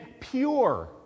pure